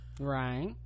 Right